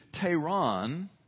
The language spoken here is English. Tehran